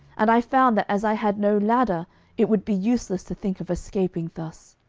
and i found that as i had no ladder it would be useless to think of escaping thus.